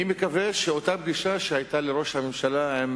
אני מקווה שאותה פגישה שהיתה לראש הממשלה עם